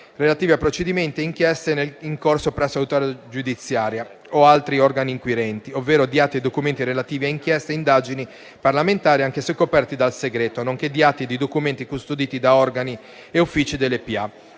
relativi a procedimenti e inchieste in corso presso l'autorità giudiziaria o altri organi inquirenti, ovvero di atti e documenti relativi a inchieste e indagini parlamentari, anche se coperti dal segreto, nonché di atti e documenti custoditi da organi e uffici delle